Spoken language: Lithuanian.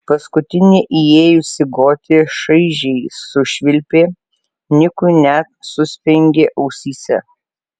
paskutinė įėjusi gotė šaižiai sušvilpė nikui net suspengė ausyse